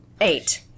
eight